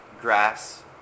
grass